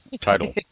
title